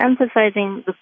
emphasizing